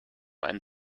einen